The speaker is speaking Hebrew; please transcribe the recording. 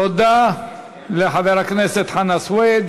תודה לחבר הכנסת חנא סוייד.